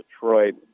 Detroit